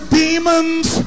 demons